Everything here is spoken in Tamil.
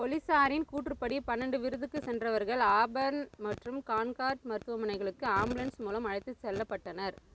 போலீசாரின் கூற்றுப்படி பன்னெண்டு விருந்துக்கு சென்றவர்கள் ஆபர்ன் மற்றும் கான்கார்ட் மருத்துவமனைகளுக்கு ஆம்புலன்ஸ் மூலம் அழைத்துச் செல்லப்பட்டனர்